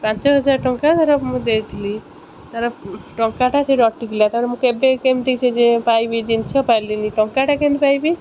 ପାଞ୍ଚ ହଜାର ଟଙ୍କା ତା'ର ମୁଁ ଦେଇଥିଲି ତା'ର ଟଙ୍କାଟା ସେଇଠି ଅଟିକିଲା ତା'ର ମୁଁ କେବେ କେମିତି ସେ ପାଇବି ଜିନିଷ ପାଇଲିନି ଟଙ୍କାଟା କେମିତି ପାଇବି